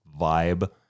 vibe